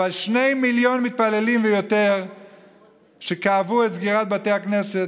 אבל שני מיליון מתפללים ויותר שכאבו את סגירת בתי הכנסת,